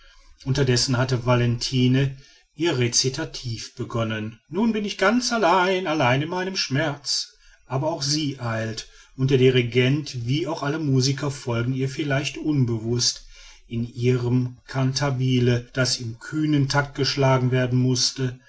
unterdessen hat valentine ihr recitativ begonnen nun bin ich ganz allein allein in meinem schmerz aber auch sie eilt und der dirigent wie auch alle musiker folgen ihr vielleicht unbewußt in ihrem cantabile das in kühnem tact geschlagen werden mußte